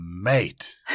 mate